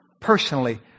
personally